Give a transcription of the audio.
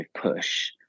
push